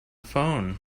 phone